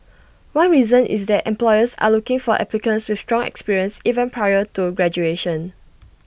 one reason is that employers are looking for applicants with strong experience even prior to graduation